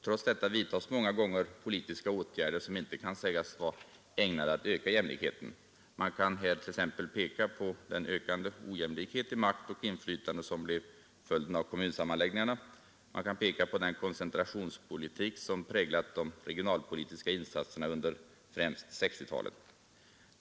Trots detta vidtas många gånger politiska åtgärder som inte kan sägas vara ägnade att öka jämlikheten. Man kan här t.ex. peka på den ökande ojämlikhet i makt och inflytande som blev följden av kommunsammanläggningarna, och man kan peka på den koncentrationspolitik som präglat de regionalpolitiska insatserna under främst 1960-talet.